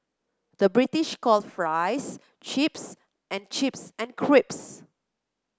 the British calls fries chips and chips and crips